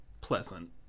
pleasant